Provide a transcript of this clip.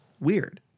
weird